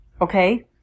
Okay